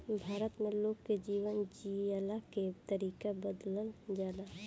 भारत में लोग के जीवन जियला के तरीका बदलल जाला